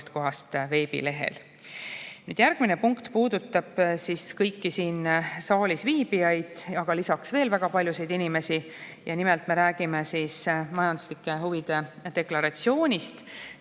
kohast veebilehel. Järgmine punkt puudutab kõiki siin saalis viibijaid, aga lisaks veel väga paljusid inimesi. Nimelt, me räägime majanduslike huvide deklaratsioonist.